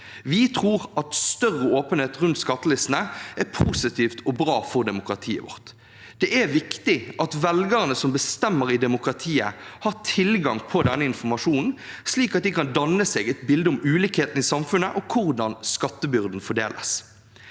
Vi tror at større åpenhet rundt skattelistene er positivt og bra for demokratiet vårt. Det er viktig at velgerne, som bestemmer i demokratiet, har tilgang på denne informasjonen, slik at de kan danne seg et bilde av ulikhetene i samfunnet og hvordan skattebyrden fordeles.